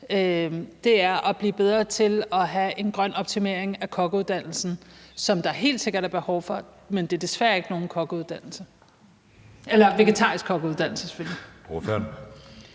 Det er at blive bedre til at have en grøn optimering af kokkeuddannelsen, hvilket der helt sikkert er behov for, men det er desværre ikke nogen vegetarisk kokkeuddannelse. Kl.